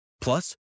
Plus